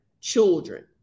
children